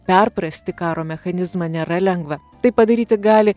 perprasti karo mechanizmą nėra lengva tai padaryti gali